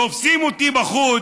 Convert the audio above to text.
תופסים אותי בחוץ,